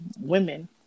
women